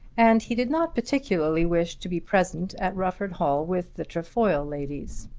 and he did not particularly wish to be present at rufford hall with the trefoil ladies.